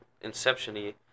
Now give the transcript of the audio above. Inception-y